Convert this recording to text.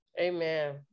amen